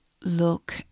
look